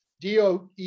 DOE